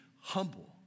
humble